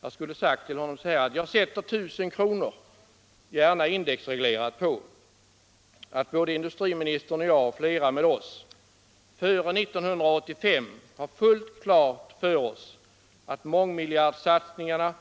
Jag skulle ha sagt till honom: Jag sätter 1 000 kr., gärna indexreglerat, på att både industriministern och jag samt flera med oss före 1985 har helt klart för oss att mångmiljardsatsningarna